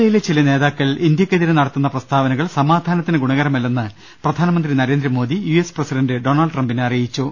മേഖലയിലെ ചില നേതാക്കൾ ഇന്ത്യക്കെതിരെ നടത്തുന്ന പ്രസ്താവനകൾ സമാധാനത്തിന് ഗുണകരമല്ലെന്ന് പ്രധാനമന്ത്രി നരേന്ദ്രമോദി യു എസ് പ്രസി ഡന്റ് ഡൊണാൾഡ് ട്രംപിനെ അറിയിച്ചു